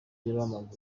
w’umupira